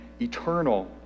eternal